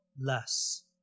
less